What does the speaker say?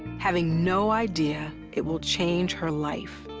having no idea it will change her life.